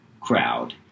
crowd